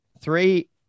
Three